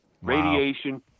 Radiation